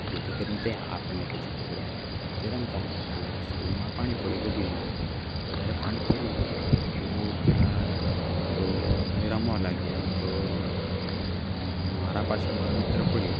જેથી કરીને તે આપણને પછી પકડે એવી રીતે રમતા હતા તો સ્કૂલમાં પાણી પડેલું લોબીમાં વધારે પાણી પડ્યું તો પહેલા તો અમે રમવા લાગ્યા તો મારા પાછળ મારા મિત્ર પડ્યો